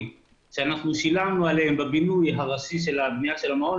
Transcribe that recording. שאנחנו שילמנו עליהם בבינוי הראשי של הבנייה של המעון,